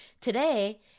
Today